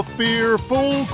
fearful